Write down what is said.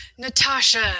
Natasha